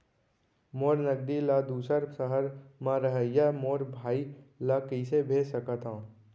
मोर नगदी ला दूसर सहर म रहइया मोर भाई ला कइसे भेज सकत हव?